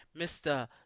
Mr